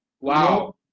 Wow